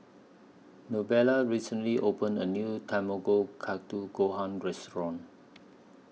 Novella recently opened A New Tamago Katu Gohan Restaurant